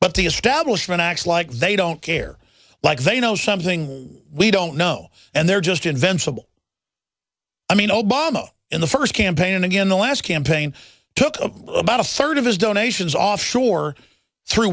but the establishment acts like they don't care like they know something we don't know and they're just invincible i mean obama in the first campaign and again the last campaign took about a third of his donations offshore through